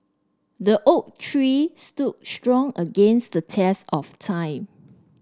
the oak tree stood strong against the test of time